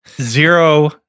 zero